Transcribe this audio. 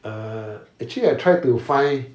uh actually I tried to find